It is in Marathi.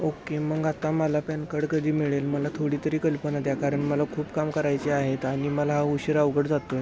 ओके मग आता मला पॅनकाड कधी मिळेल मला थोडी तरी कल्पना द्या कारण मला खूप काम करायचे आहेत आणि मला हा उशीर अवघड जातो आहे